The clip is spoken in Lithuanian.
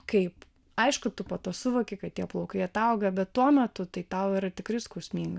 kaip aišku tu po to suvoki kad tie plaukai atauga bet tuo metu tai tau yra tikrai skausminga